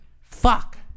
Fuck